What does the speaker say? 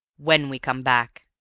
when we come back,